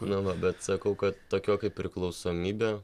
nu va bet sakau kad tokio kaip priklausomybė